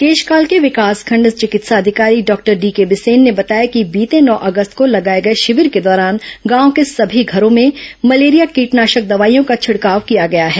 केशकाल के विकासखंड चिकित्सा अधिकारी डॉक्टर डीके बिसेन ने बताया कि बीते नौ अगस्त को लगाए गए शिविर के दौरान गांव के सभी घरों में मलेरिया कीटनाशक दवाईयों का छिडकाव किया गया है